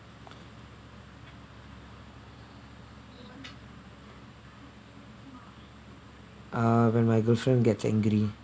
uh when my girlfriend gets angry